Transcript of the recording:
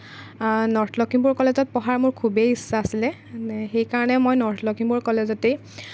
north Lakhimpur কলেজত পঢ়াৰ মোৰ খুবেই ইচ্ছা আছিলে সেইকাৰণে মই নৰ্থ লখিমপুৰ কলেজতেই